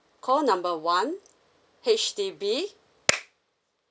call number one H_D_B